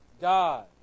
God